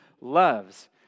loves